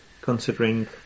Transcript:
considering